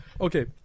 Okay